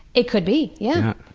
it could be, yeah.